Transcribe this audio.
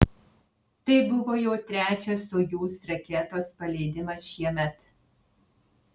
tai buvo jau trečias sojuz raketos paleidimas šiemet